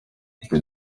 nshuti